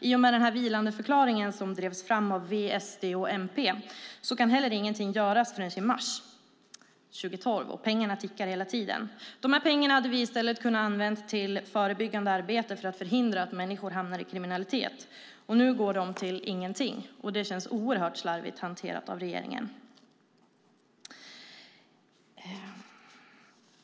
I och med vilandeförklaringen, som drevs fram av V, SD och MP, kan heller ingenting göras förrän i mars 2012. Pengarna tickar hela tiden. Dessa pengar hade vi i stället kunnat använda till förebyggande arbete för att förhindra att människor hamnar i kriminalitet. Nu går de till ingenting, vilket känns oerhört slarvigt hanterat av regeringen.